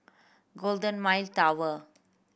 Golden Mile Tower